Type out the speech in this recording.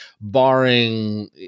barring